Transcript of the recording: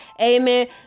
amen